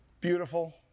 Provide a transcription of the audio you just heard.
Beautiful